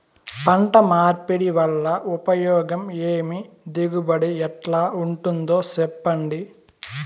పంట మార్పిడి వల్ల ఉపయోగం ఏమి దిగుబడి ఎట్లా ఉంటుందో చెప్పండి?